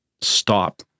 stop